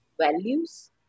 values